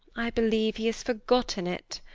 i believe he has forgotten it.